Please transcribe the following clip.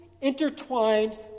intertwined